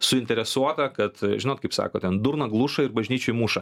suinteresuota kad žinot kaip sako ten durną glušą ir bažnyčioj muša